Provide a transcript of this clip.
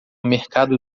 mercado